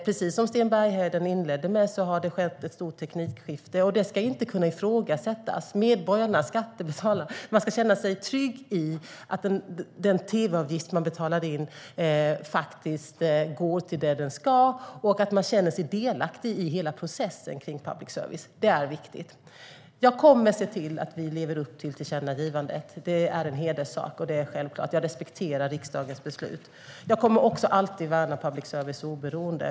Precis som Sten Bergheden inledde med har det skett ett stort teknikskifte, och det ska inte kunna ifrågasättas. Medborgarna och skattebetalarna ska känna sig trygga i att den tv-avgift man betalar in faktiskt går till det den ska och att man känner sig delaktig i hela processen kring public service. Det är viktigt. Jag kommer att se till att vi lever upp till tillkännagivandet. Det är en självklar hederssak. Jag respekterar riksdagens beslut. Jag kommer också alltid att värna public services oberoende.